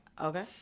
Okay